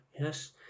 yes